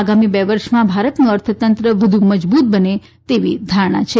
આગામી બે વર્ષમાં ભારતનું અર્થતંત્ર વધુ મજબુત બને તેવી ધારણા છે